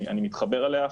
אני מתחבר אליה אפילו,